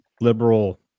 liberal